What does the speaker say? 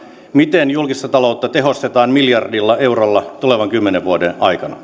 miten julkista taloutta tehostetaan miljardilla eurolla tulevien kymmenen vuoden aikana